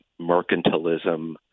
mercantilism